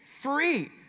free